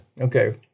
Okay